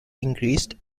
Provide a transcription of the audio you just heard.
increased